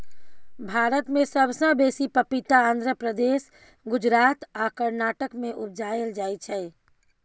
भारत मे सबसँ बेसी पपीता आंध्र प्रदेश, गुजरात आ कर्नाटक मे उपजाएल जाइ छै